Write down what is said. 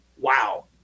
Wow